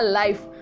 life